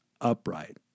upright